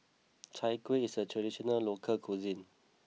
Chai Kueh is a traditional local cuisine